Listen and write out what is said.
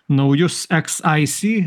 naujus eks ai sy